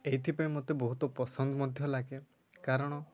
ଏଇଥିପାଇଁ ମୋତେ ବହୁତ ପସନ୍ଦ ମଧ୍ୟ ଲାଗେ କାରଣ